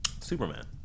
Superman